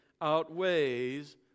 outweighs